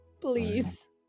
please